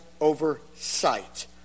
oversight